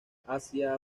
hacia